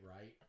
right